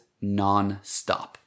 non-stop